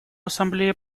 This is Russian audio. ассамблея